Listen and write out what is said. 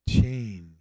Change